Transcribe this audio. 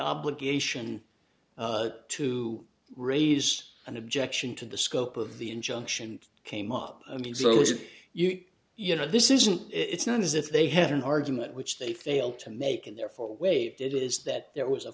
obligation to raise an objection to the scope of the injunction came up and example is if you you know this isn't it's not as if they had an argument which they failed to make and therefore waved it is that there was a